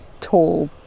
tall